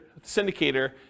syndicator